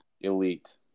Elite